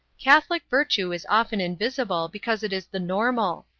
catholic virtue is often invisible because it is the normal,